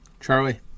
Charlie